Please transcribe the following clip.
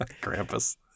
Grampus